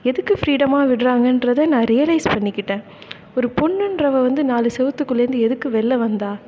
எதுக்கு ஃப்ரீடமாக விடுறாங்கன்றதே நான் ரியலைஸ் பண்ணிக்கிட்டேன் ஒரு பொண்ணுன்றவள் வந்து நாலு செவத்துக்குள்ள இருந்து எதுக்கு வெளில வந்தாள்